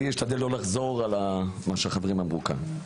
אני אשתדל לא לחזור על מה שהחברים אמרו כאן.